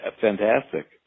fantastic